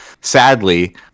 sadly